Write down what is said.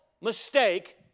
mistake